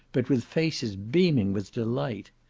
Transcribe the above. but with faces beaming with delight.